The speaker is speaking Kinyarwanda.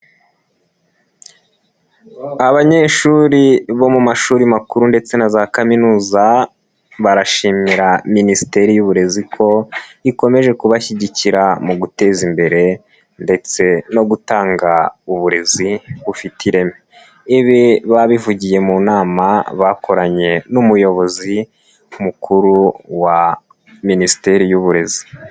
Abanyeshuri bo mu mashuri makuru ndetse na za kaminuza barashimira minisiteri y'uburezi ko ikomeje kubashyigikira mu guteza imbere ndetse no gutanga uburezi bufite ireme, ibi babivugiye mu nama bakoranye n'umuyobozi mukuru wa minisiteri y'uburezi.